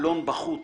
אלון בכות